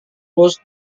lulus